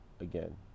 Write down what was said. again